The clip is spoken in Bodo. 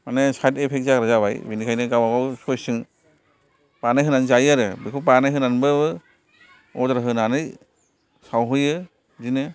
माने साइद इफेक्ट जाग्रा जाबाय बेनिखायनो गावबा गाव चयस जों बानायहोनानै जायो आरो बेखौ बानायहोनानैबो अरदार होनानै सावहोयो बिदिनो